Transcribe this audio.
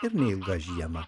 ir neilgą žiemą